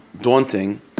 daunting